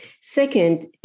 Second